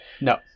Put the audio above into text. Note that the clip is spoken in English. no